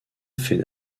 fait